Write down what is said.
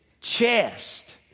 chest